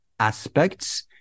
aspects